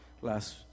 last